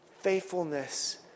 faithfulness